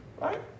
Right